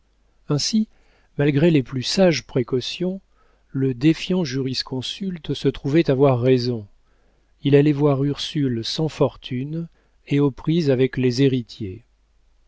ainsi malgré les plus sages précautions le défiant jurisconsulte se trouvait avoir raison il allait voir ursule sans fortune et aux prises avec les héritiers